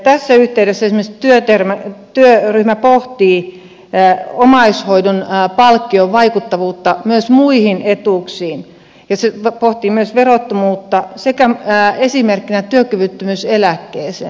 tässä yhteydessä työryhmä pohtii omaishoidon palkkion vaikuttavuutta muihin etuuksiin ja se pohtii myös palkkion verottomuutta suhteessa esimerkiksi työkyvyttömyyseläkkeeseen